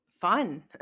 fun